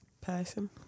person